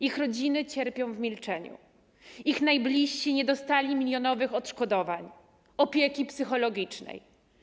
Ich rodziny cierpią w milczeniu, ich najbliżsi nie dostali milionowych odszkodowań ani opieki psychologicznej.